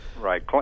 Right